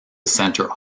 center